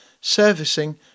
servicing